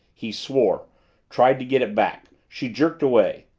he swore tried to get it back she jerked away.